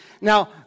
Now